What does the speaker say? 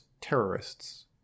terrorists